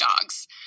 dogs